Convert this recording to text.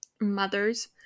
mothers